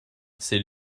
c’est